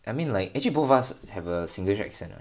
I mean like actually both of us have a singlish accent right